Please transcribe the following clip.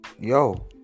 Yo